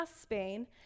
Spain